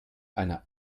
eine